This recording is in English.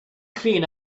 clean